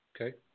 Okay